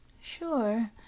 Sure